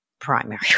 primary